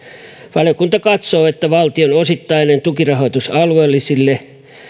valiokunta katsoo että valtion osittainen tukirahoitus alueellisille